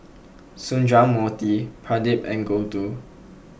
Sundramoorthy Pradip and Gouthu